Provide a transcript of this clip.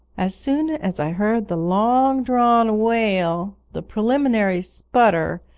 as soon as i heard the long-drawn wail, the preliminary sputter,